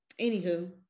Anywho